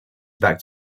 back